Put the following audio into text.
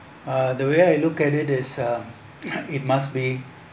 uh the way I look at it it's uh it must be